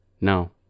No